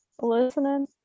Listening